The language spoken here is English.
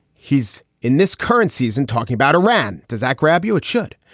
he's in this current season talking about iran. does that grab you? it should.